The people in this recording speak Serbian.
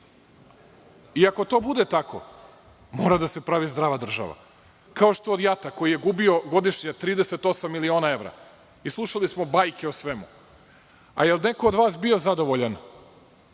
iako to bude tako mora da se pravi zdrava država kao što i od JAT-a koji je gubio godišnje 38 miliona evra i slušali smo bajke o svemu. Da li je neko od vas bio zadovoljan